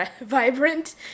vibrant